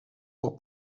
pour